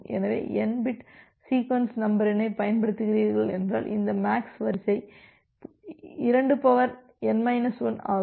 எனவே n bit sequence நம்பரிணைப் பயன்படுத்துகிறீர்கள் என்றால் இந்த MAX வரிசை 2n 1 ஆகும்